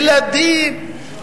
ילדים.